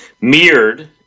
Mirrored